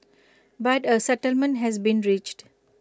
but A settlement has been reached